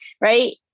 Right